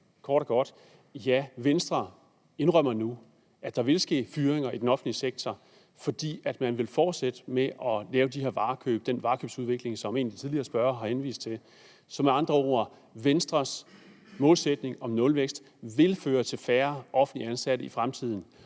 Ja, Venstre indrømmer nu, at der vil ske fyringer i den offentlige sektor, fordi man vil fortsætte med at lave de her varekøb og have den her varekøbsudvikling, som en af de tidligere spørgere har henvist til. Så med andre ord: Venstres målsætning om nulvækst vil føre til færre offentligt ansatte i fremtiden.